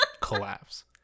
collapse